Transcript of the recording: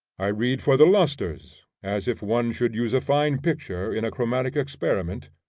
i read for the lustres, as if one should use a fine picture in a chromatic experiment,